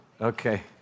Okay